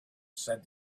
said